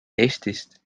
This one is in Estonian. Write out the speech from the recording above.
eestist